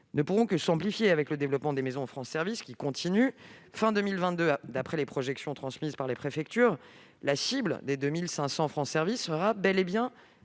ne pourront que s'amplifier avec le déploiement des maisons France Services, qui se poursuit. À la fin de 2022, d'après les projections transmises par les préfectures, la cible des 2 500 maisons France Services sera bel et bien